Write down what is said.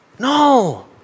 no